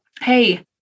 hey